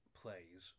plays